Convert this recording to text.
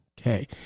okay